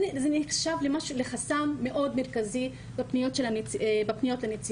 זה נחשב לחסם מאוד מרכזי בפניות לנציבות.